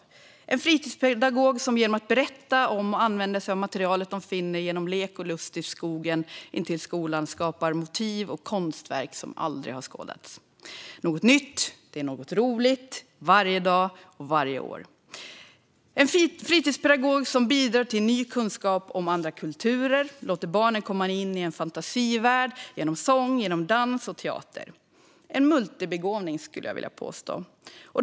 Det är en fritidspedagog som genom att berätta om och använda sig av materialet de finner genom lek och lust i skogen intill skolan skapar motiv och konstverk som aldrig skådats. Det är något nytt och roligt varje dag och år. Det är en fritidspedagog som bidrar till ny kunskap om andra kulturer och som låter barnen komma in i en fantasivärld genom sång, dans och teater. Jag skulle vilja påstå att det är en multibegåvning.